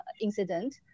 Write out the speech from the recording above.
incident